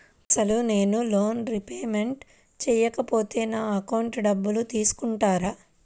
అసలు నేనూ loan repayment చేయకపోతే నా అకౌంట్లో డబ్బులు తీసుకుంటారా?